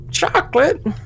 Chocolate